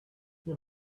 you